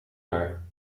haar